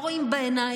לא רואים בעיניים,